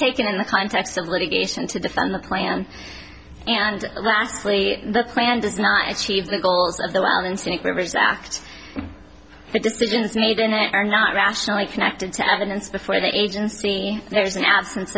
taken in the context of litigation to defend the plan and lastly the plan does not achieve the goals of the incentives act the decisions made in it are not rationally connected to evidence before the agency there's an absence